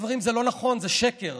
חברים, זה לא נכון, זה שקר.